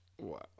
Wow